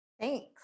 Thanks